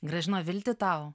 grąžino viltį tau